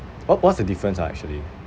wha~ what's the difference ah actually